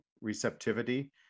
receptivity